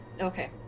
Okay